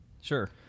Sure